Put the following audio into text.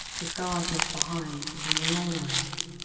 the scars left behind became the ley lines.